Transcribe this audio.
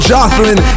Jocelyn